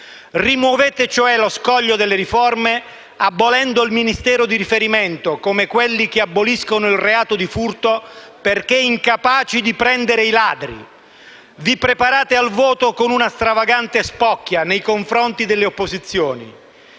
Rimuovete cioè lo scoglio delle riforme, abolendo il Ministero di riferimento, come quelli che aboliscono il reato di furto perché incapaci di prendere i ladri. Vi preparate al voto con una stravagante spocchia nei confronti delle opposizioni,